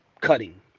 cutting